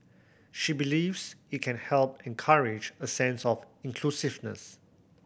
she believes it can help encourage a sense of inclusiveness